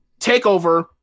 Takeover